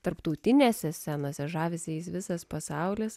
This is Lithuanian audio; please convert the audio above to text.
tarptautinėse scenose žavisi jais visas pasaulis